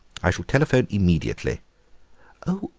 i shall telephone immediately oh,